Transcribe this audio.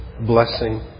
blessing